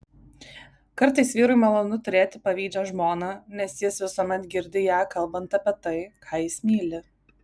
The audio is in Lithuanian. kartais vyrui malonu turėti pavydžią žmoną nes jis visuomet girdi ją kalbant apie tai ką jis myli